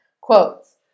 Quotes